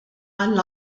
għall